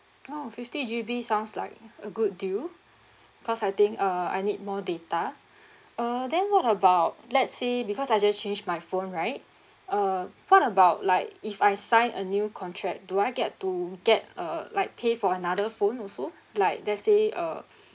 oh fifty G_B sounds like a good deal cause I think uh I need more data uh then what about let's say because I just change my phone right uh what about like if I sign a new contract do I get to get uh like pay for another phone also like let's say uh